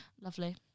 Lovely